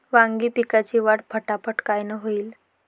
वांगी पिकाची वाढ फटाफट कायनं होईल?